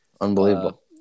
Unbelievable